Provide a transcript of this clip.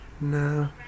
no